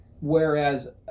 whereas